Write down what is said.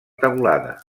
teulada